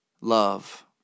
love